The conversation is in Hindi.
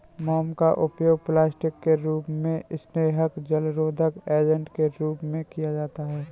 मोम का उपयोग प्लास्टिक के रूप में, स्नेहक, जलरोधक एजेंट के रूप में किया जाता है